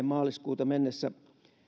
maaliskuuta mennessä